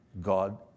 God